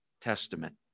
Testament